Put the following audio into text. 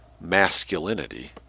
masculinity